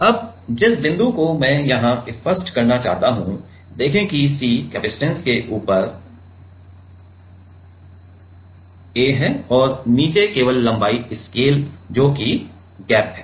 अब जिस बिंदु को मैं यहां स्पष्ट करना चाहता हूं देखें कि C कपसिटंस के लिए ऊपर A है और नीचे केवल लम्बाई स्केल जो कि गैप है